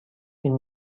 این